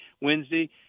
Wednesday